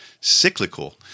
cyclical